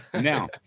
Now